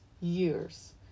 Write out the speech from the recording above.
years